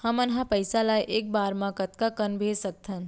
हमन ह पइसा ला एक बार मा कतका कन भेज सकथन?